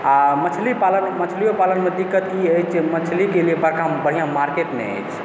आ मछली पालन मछलियो पालनमे दिक्कत ई होइ छै कि मछलीके लेल बढ़िआँ मार्केट नहि अछि